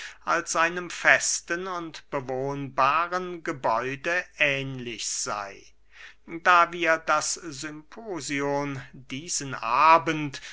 als einem festen und bewohnbaren gebäude ähnlich sey da wir das symposion diesen abend